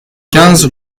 quinze